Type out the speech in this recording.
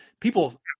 people